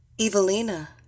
Evelina